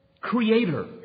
creator